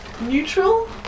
neutral